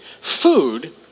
food